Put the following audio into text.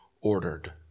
ordered